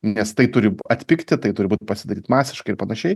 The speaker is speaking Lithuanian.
nes tai turi atpigti tai turi būt pasidaryt masiška ir panašiai